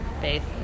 faith